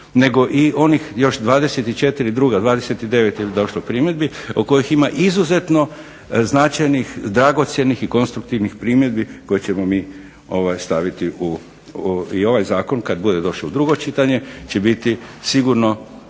nego i onih još 24 druga, 29 je došlo primjedbi od kojih ima izuzetno značajnih, dragocjenih i konstruktivnih primjedbi koje ćemo mi staviti i u ovaj zakon kad bude došlo drugo čitanje će biti sigurno